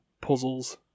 puzzles